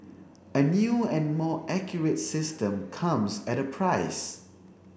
a new and more accurate system comes at a price